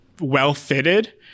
well-fitted